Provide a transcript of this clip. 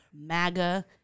MAGA